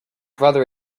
brother